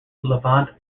levant